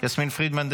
יסמין פרידמן,